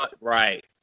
right